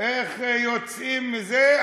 איך יוצאים מזה?